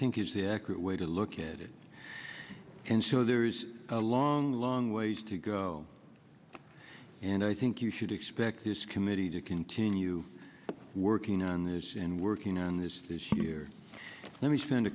think is the accurate way to look at it and so there is a long long ways to go and i think you should expect this committee to continue working on this and working on this this year let me spend